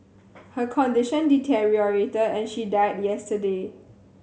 her condition deteriorated and she died yesterday